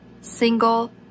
single